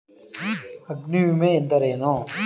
ಅಗ್ನಿವಿಮೆ ಎಂದರೇನು?